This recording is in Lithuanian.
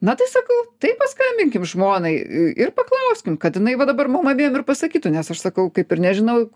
na tai sakau tai paskambinkim žmonai ir paklauskim kad jinai va dabar mum abiem ir pasakytų nes aš sakau kaip ir nežinau